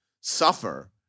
suffer